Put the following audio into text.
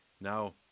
now –